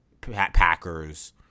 Packers